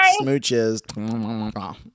Smooches